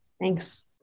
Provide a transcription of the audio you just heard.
Thanks